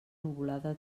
nuvolada